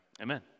Amen